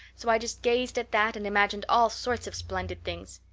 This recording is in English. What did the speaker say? so i just gazed at that and imagined all sorts of splendid things.